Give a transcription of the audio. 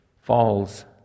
falls